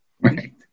Right